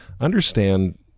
Understand